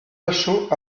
lachaud